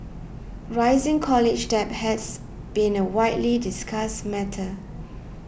rising college debt has been a widely discussed matter